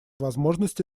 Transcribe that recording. возможности